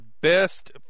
best